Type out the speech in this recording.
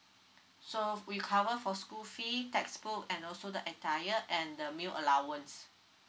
so we cover for school fee textbook and also the attire and the meal allowance